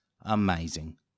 amazing